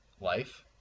life